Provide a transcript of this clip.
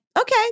okay